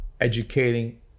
educating